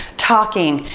talking,